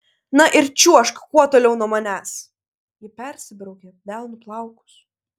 na ir čiuožk kuo toliau nuo manęs ji persibraukė delnu plaukus